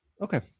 okay